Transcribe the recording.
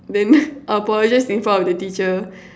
then apologize in front of the teacher